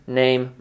name